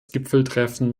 gipfeltreffen